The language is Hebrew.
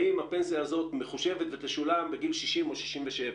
האם הפנסיה הזאת מחושבת ותשולם בגיל 60 או 67?